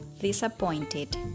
disappointed